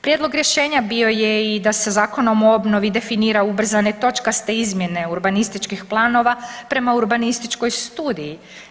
Prijedlog rješenja bio je i da se Zakon o obnovi definira ubrzane točkaste izmjene urbanističkih planova prema urbanističkoj studiji.